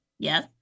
Yes